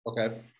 okay